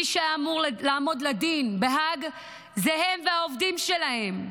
מי שאמור לעמוד לדין בהאג זה הם והעובדים שלהם.